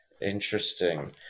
Interesting